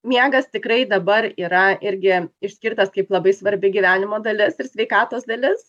miegas tikrai dabar yra irgi išskirtas kaip labai svarbi gyvenimo dalis ir sveikatos dalis